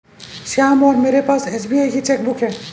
श्याम और मेरे पास एस.बी.आई की चैक बुक है